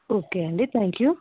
okay అండి thank you